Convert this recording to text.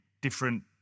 different